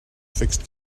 fixed